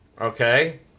Okay